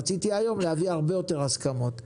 רציתי היום להביא הרבה יותר הסכמות,